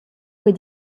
quei